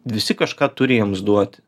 visi kažką turi jiems duoti